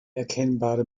erkennbare